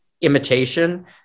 imitation